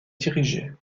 dirigeaient